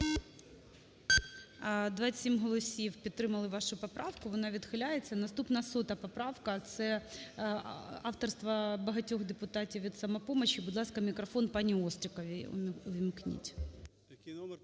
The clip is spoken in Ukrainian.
27 голосів підтримали вашу поправку. Вона відхиляється. Наступна 100 поправка, це авторства багатьох депутатів від "Самопомочі". Будь ласка, мікрофон пані Остріковій увімкніть.